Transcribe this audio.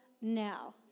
now